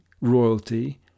royalty